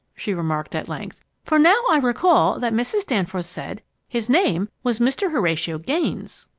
she remarked at length, for now i recall that mrs. danforth said his name was mr. horatio gaines!